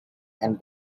and